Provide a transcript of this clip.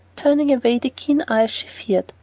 turning away the keen eyes she feared,